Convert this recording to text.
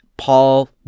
Paul